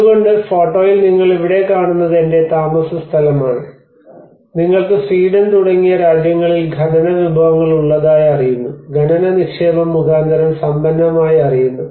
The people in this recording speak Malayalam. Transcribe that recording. അതുകൊണ്ട് ഫോട്ടോയിൽ നിങ്ങൾ ഇവിടെ കാണുന്നത് എന്റെ താമസ സ്ഥലമാണ് നിങ്ങൾക്ക് സ്വീഡൻ തുടങ്ങിയ രാജ്യങ്ങളിൽ ഖനന വിഭവങ്ങൾ ഉള്ളതായി അറിയുന്നു ഖനന നിക്ഷേപം മുഖാന്തരം സമ്പന്നമായി അറിയുന്നു